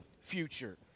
future